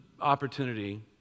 opportunity